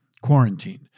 quarantined